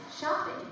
shopping